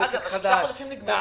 עסק חדש,